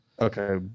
okay